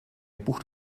bucht